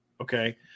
okay